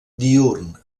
diürn